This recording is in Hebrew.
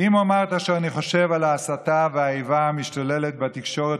אם אומר את אשר אני חושב על ההסתה והאיבה המשתוללת בתקשורת